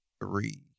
three